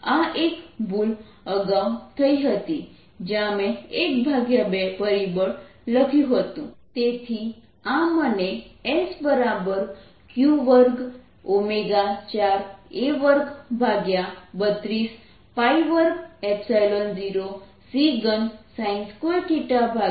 આ એક ભૂલ અગાઉ થઇ હતી જયાં મેં 12 પરિબળ લખ્યું હતું તેથી આ મને Sq2 4 A232 2 0 c3sin2r2આપે છે